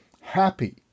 happy